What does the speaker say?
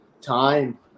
time